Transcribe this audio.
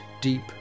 deep